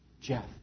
Jeff